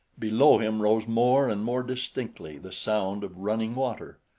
below him rose more and more distinctly the sound of running water.